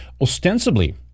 ostensibly